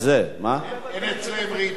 אין אצלם רעידות אדמה.